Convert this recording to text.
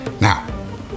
Now